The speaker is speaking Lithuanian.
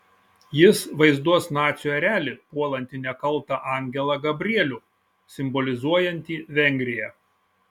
jis vaizduos nacių erelį puolantį nekaltą angelą gabrielių simbolizuojantį vengriją